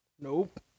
Nope